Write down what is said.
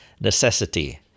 Necessity